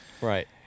right